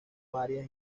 varias